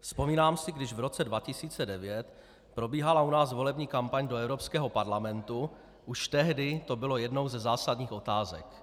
Vzpomínám si, když v roce 2009 probíhala u nás volební kampaň do Evropského parlamentu, už tehdy to byla jedna ze zásadních otázek.